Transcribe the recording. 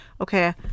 okay